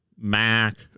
Mac